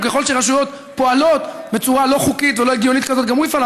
וככל שרשויות פועלות בצורה לא חוקית ולא הגיונית כזאת גם הוא יפעל.